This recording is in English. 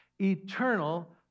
eternal